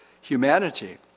humanity